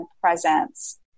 presence